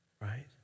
Right